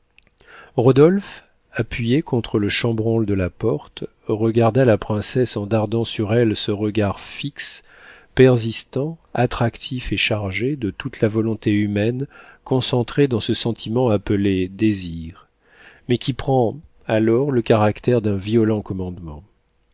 rodolphe appuyé contre le chambranle de la porte regarda la princesse en dardant sur elle ce regard fixe persistant attractif et chargé de toute la volonté humaine concentrée dans ce sentiment appelé désir mais qui prend alors le caractère d'un violent commandement